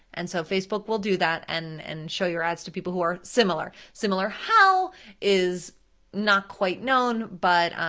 and so facebook will do that and and show you're ads to people who are similar. similar how is not quite known, but